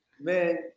Man